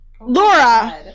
Laura